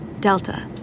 Delta